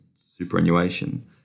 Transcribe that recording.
superannuation